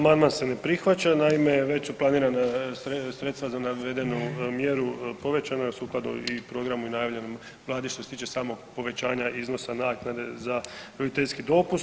Amandman se ne prihvaća, naime već su planirana sredstva za navedenu mjeru povećana sukladno i programu i najavljenom Vladi što se tiče samog povećanja iznosa naknade za roditeljski dopust.